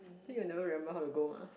I think you never remember how to go mah